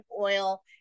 oil